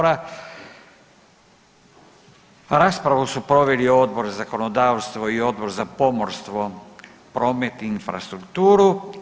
Raspravu su proveli Odbor za zakonodavstvo i Odbor za pomorstvo, promet i infrastrukturu.